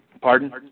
Pardon